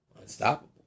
Unstoppable